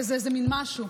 וזה איזה מין משהו,